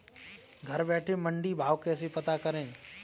घर बैठे मंडी का भाव कैसे पता करें?